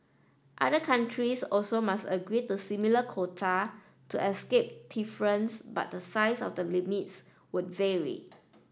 other countries also must agree to similar quota to escape tariffs but the size of the limits would vary